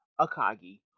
Akagi